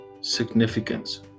significance